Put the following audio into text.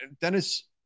Dennis